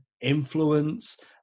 influence